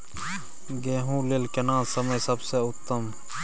गेहूँ लेल केना समय सबसे उत्तम?